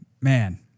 man